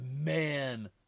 Man